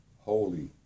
Holy